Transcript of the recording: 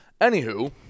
Anywho